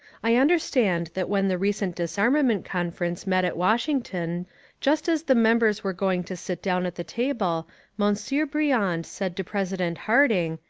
i understand that when the recent disarmament conference met at washington just as the members were going to sit down at the table monsieur briand said to president harding,